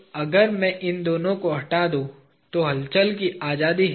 तो अगर मैं इन दोनों को हटा दूं तो हलचल की आजादी है